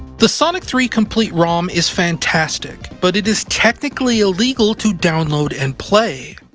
the sonic three complete rom is fantastic. but it is technically illegal to download and play.